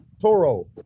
Toro